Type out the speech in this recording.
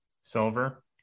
silver